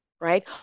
right